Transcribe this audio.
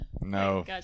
No